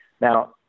Now